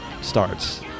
starts